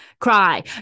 cry